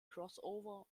crossover